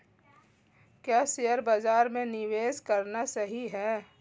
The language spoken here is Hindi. क्या शेयर बाज़ार में निवेश करना सही है?